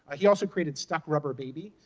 ah he also created stuck rubber baby,